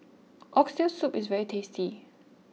Oxtail Soup is very tasty